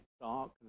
dark